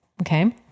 Okay